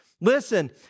Listen